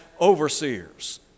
overseers